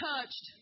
touched